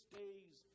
days